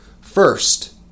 First